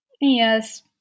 yes